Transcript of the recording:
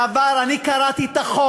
אתה לא קראת, אני קראתי את החוק,